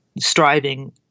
striving